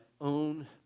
own